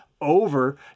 over